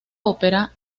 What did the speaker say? opera